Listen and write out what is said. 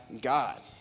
God